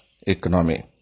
economy